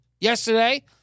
yesterday